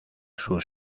sus